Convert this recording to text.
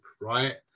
right